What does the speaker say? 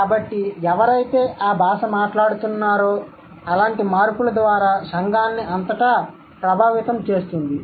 కాబట్టి ఎవరైతే ఆ భాష మాట్లాడుతున్నారో అలాంటి మార్పుల ద్వారా సంఘాన్ని అంతటా ప్రభావితం చేస్తుంది